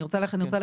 אני רוצה לחדד,